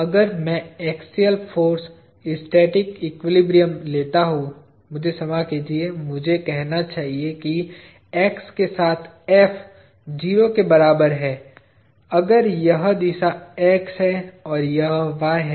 अगर मैं axial force static equilibrium लेता हूं मुझे क्षमा कीजिए मुझे कहना चाहिए कि x के साथ F 0 के बराबर है अगर यह दिशा x है और यह y है